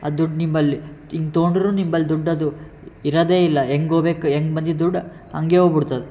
ಆ ದುಡ್ಡು ನಿಂಬಳಿ ಹಿಂಗೆ ತೊಗೊಂಡ್ರು ನಿಂಬಳಿ ದುಡ್ಡು ಅದು ಇರೋದೆ ಇಲ್ಲ ಹೆಂಗೆ ಹೋಗ್ಬೇಕು ಹೆಂಗೆ ಬಂದಿದ್ದು ದುಡ್ಡು ಹಂಗೆ ಹೋಗ್ಬಿಡ್ತದೆ